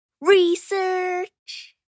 Research